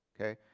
okay